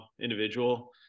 individual